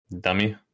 dummy